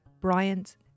Bryant